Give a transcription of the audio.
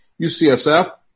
UCSF